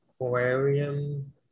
aquarium